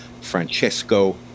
Francesco